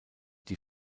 die